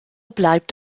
bleibt